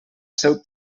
seu